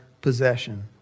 possession